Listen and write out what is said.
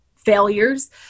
failures